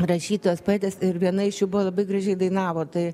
rašytojos poetės ir viena iš jų buvo labai gražiai dainavo tai